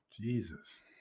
Jesus